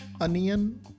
onion